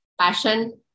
passion